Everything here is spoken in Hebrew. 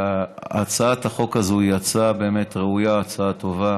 שהצעת החוק הזאת היא הצעה ראויה וטובה.